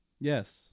Yes